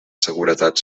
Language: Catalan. seguretat